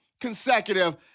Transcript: consecutive